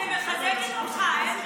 אני מחזקת אותך.